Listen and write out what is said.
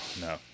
no